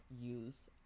use